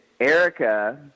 Erica